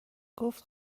گفت